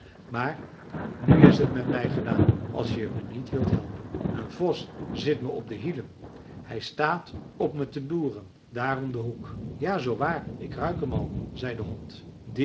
maar nu is het met mij gedaan als je me niet wilt helpen een vos zit me op de hielen hij staat op me te loeren daar om den hoek ja zoowaar ik ruik hem al zei de hond